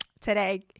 today